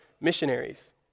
missionaries